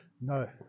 No